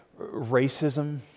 Racism